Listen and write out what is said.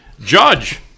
Judge